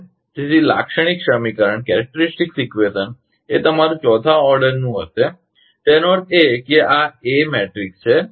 તેથી લાક્ષણિક સમીકરણ એ તમારું ચોથા ઓર્ડરનું હશે તેનો અર્થ એ કે આ એ મેટ્રિક્સ છે